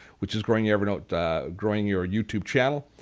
which is growing you know growing your youtube channel.